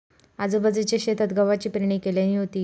आजूबाजूच्या शेतात गव्हाची पेरणी केल्यानी होती